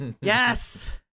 yes